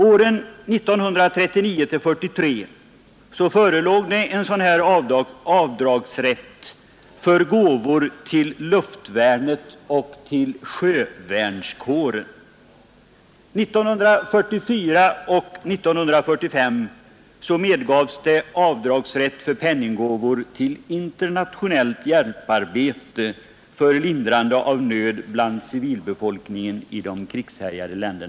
Åren 1939—1943 fanns det avdragsrätt för gåvor till luftvärnet och till sjövärnskåren. Åren 1944 och 1945 medgavs avdragsrätt för penningåvor till internationellt hjälparbete för lindrande av nöd bland civilbefolkningen i krigshärjade länder.